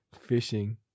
fishing